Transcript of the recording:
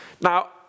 Now